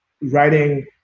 writing